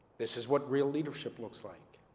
this is what real leadership looks like